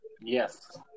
Yes